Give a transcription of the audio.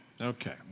Okay